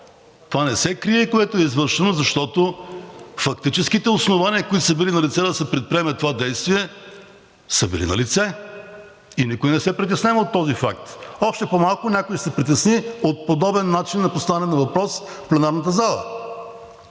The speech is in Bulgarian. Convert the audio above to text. Не се крие това, което е извършено, защото фактическите основания, които са били налице да се предприеме това действие, са били налице, и никой не се притеснява от този факт. Още по малко някой ще се притесни от подобен начин на поставяне на въпрос в пленарната зала.